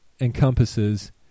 encompasses